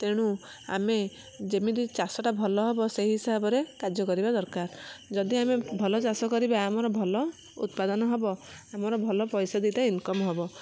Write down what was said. ତେଣୁ ଆମେ ଯେମିତି ଚାଷଟା ଭଲହବ ସେଇ ହିସାବରେ କାର୍ଯ୍ୟ କରିବା ଦରକାର ଯଦି ଆମେ ଭଲ ଚାଷ କରିବା ଆମର ଭଲ ଉତ୍ପାଦନ ହବ ଆମର ଭଲ ପଇସା ଦୁଇଟା ଇନକମ ହବ